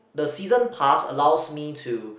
the season pass allows me to